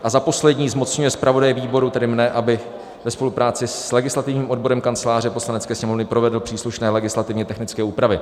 A za poslední, zmocňuje zpravodaje výboru, tedy mne, aby ve spolupráci s legislativním odborem Kanceláře Poslanecké sněmovny provedl příslušné legislativně technické úpravy.